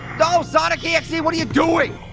no sonic can't see what are you doing.